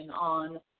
on